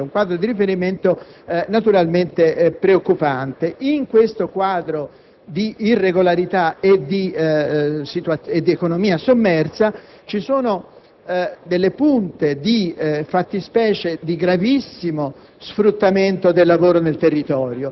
sono naturalmente molteplici, ma una delle più forti è l'alto livello di economia sommersa: il nostro Paese ha quasi un quinto del proprio PIL che deriva da attività non alla luce del sole